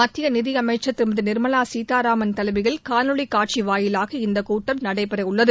மத்திய நிதி அமைச்சர் திருமதி நிர்மவா சீதூராமன் தலைமையில் காணொலி காட்சி வாயிவாக இந்த கூட்டம் நடைபெறவுள்ளது